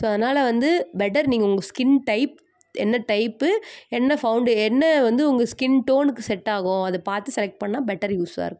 so அதனால வந்து better நீங்கள் உங்கள் ஸ்கின் டைப் என்ன டைப்பு என்ன ஃபவுண்ட் என்ன வந்து உங்கள் ஸ்கின் டோனுக்கு செட்டாகும் அதை பார்த்து செலக்ட் பண்ணிணா பெட்டர் யூஸாக இருக்கும்